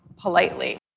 politely